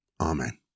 Amen